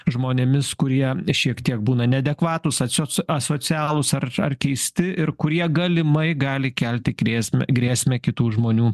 žmonėmis kurie šiek tiek būna neadekvatūs asocio asocialūs ar ar keisti ir kurie galimai gali kelti grėsmę grėsmę kitų žmonių